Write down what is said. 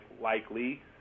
likely